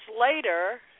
later